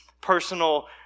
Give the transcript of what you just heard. personal